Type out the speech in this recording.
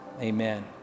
Amen